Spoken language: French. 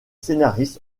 scénaristes